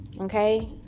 Okay